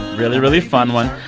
really, really fun one.